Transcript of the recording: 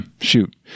Shoot